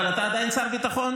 אבל אתה עדיין שר ביטחון?